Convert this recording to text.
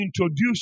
introduce